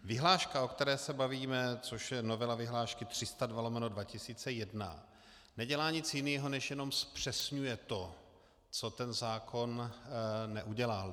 Vyhláška, o které se bavíme, což je novela vyhlášky 302/2001, nedělá nic jiného, než jenom zpřesňuje to, co ten zákon neudělal.